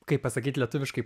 kaip pasakyt lietuviškai